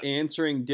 answering